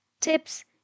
tips